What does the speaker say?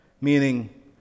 meaning